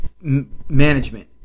management